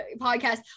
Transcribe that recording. podcast